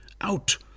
Out